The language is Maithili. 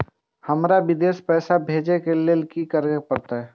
हमरा विदेश पैसा भेज के लेल की करे परते?